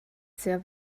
sehr